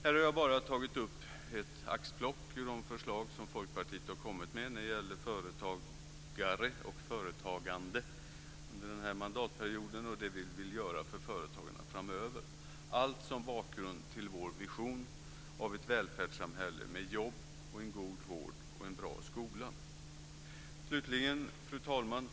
Här har jag bara tagit upp ett axplock ur de förslag som Folkpartiet har kommit med när det gäller företagare och företagande under den här mandatperioden och det vi vill göra för företagarna framöver, allt som bakgrund till vår vision av ett välfärdssamhälle med jobb, en god vård och en bra skola. Fru talman!